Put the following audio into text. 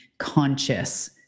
conscious